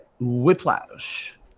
Whiplash